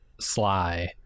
sly